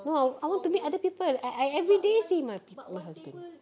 no I I want to meet other people I I everyday see my peopl~ my husband